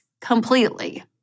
completely